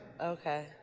Okay